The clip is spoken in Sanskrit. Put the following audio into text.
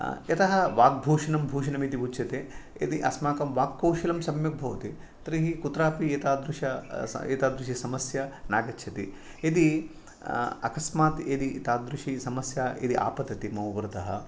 यतः वाग्भूषणं भूषणम् इति उच्यते यदि अस्माकं वाक्कौशलं सम्यक् भवति तर्हि कुत्रापि एतादृश एतादृशी समस्या नागच्छति यदि अकस्मात् यदि एतादृशी समस्या यदि आपतति मम पुरतः